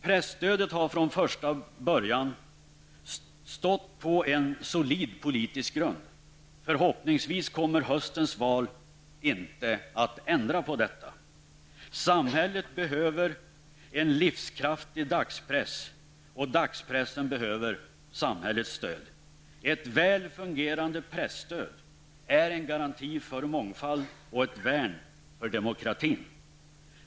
Presstödet har från första början stått på en solid politisk grund. Förhoppningsvis kommer höstens val inte att ändra på detta. Samhället behöver en livskraftig dagspress och dagspressen behöver samhällets stöd. Ett väl fungerande presstöd är en garanti för mångfald och ett värn för demokratin.